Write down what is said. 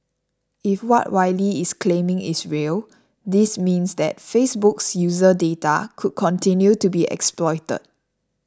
if what Wylie is claiming is real this means that Facebook's user data could continue to be exploited